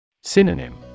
Synonym